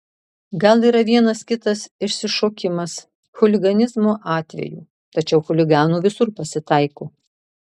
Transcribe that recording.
gal yra vienas kitas išsišokimas chuliganizmo atvejų tačiau chuliganų visur pasitaiko